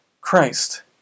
Christ